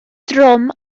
drom